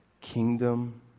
kingdom